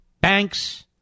banks